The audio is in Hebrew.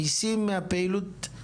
המיסים מהפעילות יותר גדולים מההשקעה.